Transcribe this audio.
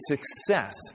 success